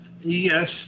Yes